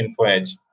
InfoEdge